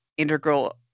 integral